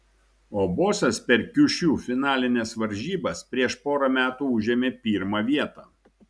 o bosas per kiušiu finalines varžybas prieš porą metų užėmė pirmą vietą